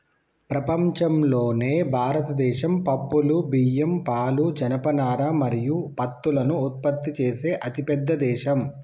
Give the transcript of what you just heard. ప్రపంచంలోనే భారతదేశం పప్పులు, బియ్యం, పాలు, జనపనార మరియు పత్తులను ఉత్పత్తి చేసే అతిపెద్ద దేశం